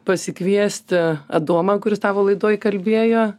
pasikviesti adomą kuris tavo laidoj kalbėjo